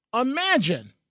imagine